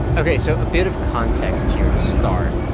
ok, so a bit of context here to start.